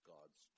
God's